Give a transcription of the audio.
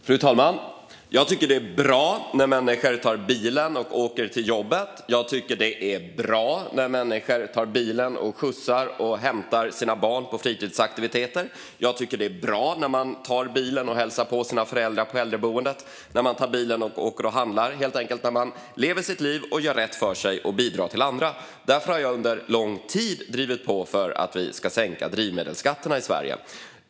Fru talman! Jag tycker att det är bra när människor tar bilen och åker till jobbet. Jag tycker att det är bra när människor tar bilen och skjutsar och hämtar sina barn på fritidsaktiviteter. Jag tycker att det är bra när man tar bilen och hälsar på sina föräldrar på äldreboendet, och jag tycker att det är bra när man tar bilen och åker och handlar - helt enkelt när man lever sitt liv, gör rätt för sig och bidrar till andra. Därför har jag under lång tid drivit på för att vi ska sänka drivmedelsskatterna i Sverige.